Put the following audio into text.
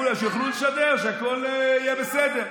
כולם, שיוכלו לשדר, שהכול יהיה בסדר.